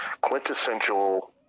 quintessential